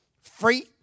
free